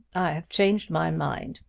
i have changed my mind.